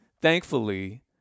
thankfully